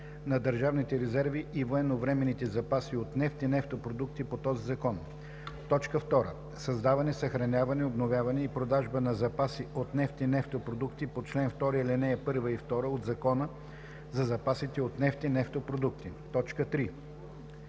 на държавните резерви и военновременните запаси от нефт и нефтопродукти по този закон; 2. създаване, съхраняване, обновяване и продажба на запаси от нефт и нефтопродукти по чл. 2, ал. 1 и 2 от Закона за запасите от нефт и нефтопродукти; 3.